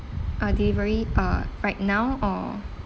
uh delivery uh right now or